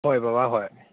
ꯍꯣꯏ ꯕꯕꯥ ꯍꯣꯏ